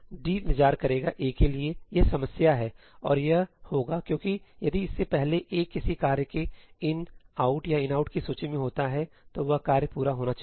D इंतजार करेगा A के लिए यह समस्या है और यह होगा क्योंकि यदि इससे पहले ' a 'किसी कार्य के ' in 'out' या 'inout' की सूची में होता है तो वह कार्य पूरा होना चाहिए